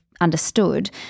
understood